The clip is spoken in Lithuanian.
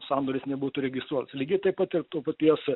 sandoris nebūtų registruotas lygiai taip pat ir to paties